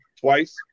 twice